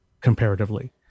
comparatively